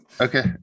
Okay